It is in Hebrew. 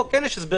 פה יש הסבר